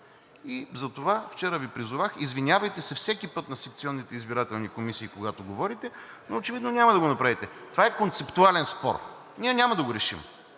И затова вчера Ви призовах, извинявайте се всеки път на секционните избирателни комисии, когато говорите, но очевидно няма да го направите. Това е концептуален спор, ние няма да го решим.